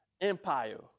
empire